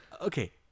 okay